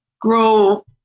grow